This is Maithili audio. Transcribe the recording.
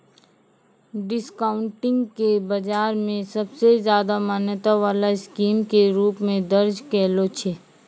डिस्काउंटिंग के बाजार मे सबसे ज्यादा मान्यता वाला स्कीम के रूप मे दर्ज कैलो छै